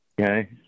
Okay